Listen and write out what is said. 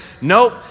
Nope